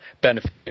benefit